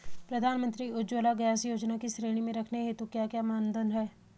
प्रधानमंत्री उज्जवला गैस योजना की श्रेणी में रखने हेतु क्या क्या मानदंड है?